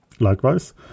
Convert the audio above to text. Likewise